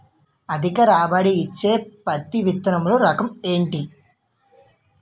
అధిక రాబడి ఇచ్చే పత్తి విత్తనములు రకం ఏంటి?